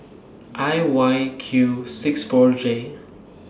I Y Q six four J